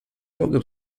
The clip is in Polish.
mogłem